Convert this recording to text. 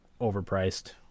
overpriced